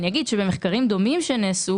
במחקרים דומים שנעשו